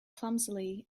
clumsily